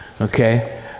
okay